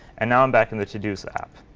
and now i'm back in the todos app.